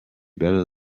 better